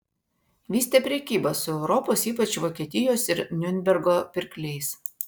vystė prekybą su europos ypač vokietijos ir niurnbergo pirkliais